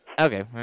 Okay